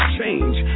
change